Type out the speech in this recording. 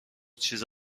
چیز